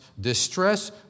Distress